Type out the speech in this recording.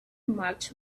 marked